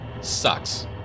sucks